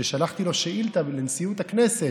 ששלחתי לו שאילתה לנשיאות הכנסת,